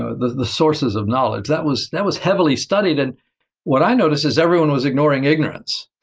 ah the the sources of knowledge. that was that was heavily studied, and what i noticed is everyone was ignoring ignorance.